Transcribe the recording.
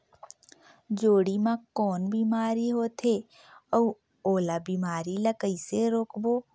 जोणी मा कौन बीमारी होथे अउ ओला बीमारी ला कइसे रोकबो?